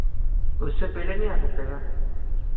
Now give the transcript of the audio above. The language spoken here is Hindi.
उससे पहले नहीं आ सकते क्या